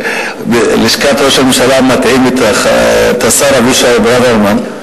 שבלשכת ראש הממשלה מטעים את השר אבישי ברוורמן,